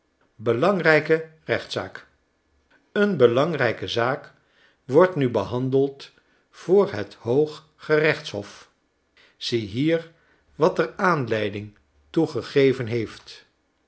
belangrijke rechtzaak een belangrijke zaak wordt nu behandeld voor het hoog gerechtshof ziehier wat er aanleiding toe gegeven heeft